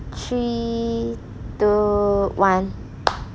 three two one